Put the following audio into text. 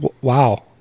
Wow